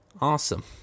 awesome